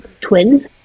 twins